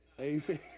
Amen